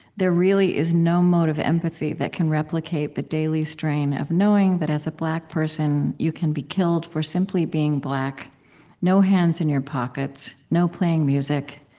there really is no mode of empathy that can replicate the daily strain of knowing that as a black person you can be killed for simply being black no hands in your pockets, no playing music,